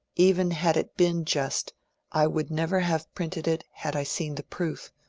even had it been just i would never have printed it had i seen the proof,